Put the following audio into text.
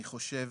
אני חושב